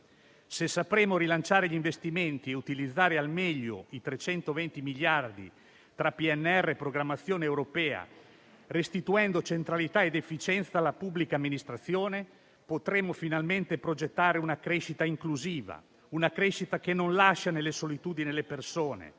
Se sapremo rilanciare gli investimenti e utilizzare al meglio i 320 miliardi tra PNRR e programmazione europea, restituendo centralità ed efficienza alla pubblica amministrazione, potremo finalmente progettare una crescita inclusiva, che non lasci sole le persone,